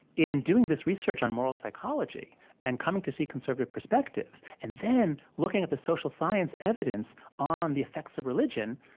in doing this research on moral psychology and coming to see conservative perspectives, and then looking at the social science evidence on the effects of religion,